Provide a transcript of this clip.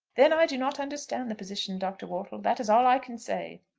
then i do not understand the position, dr. wortle. that is all i can say.